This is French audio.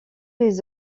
les